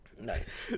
nice